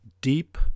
deep